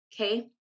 Okay